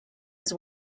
his